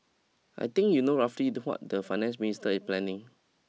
I think you know roughly the what the finance minister is planning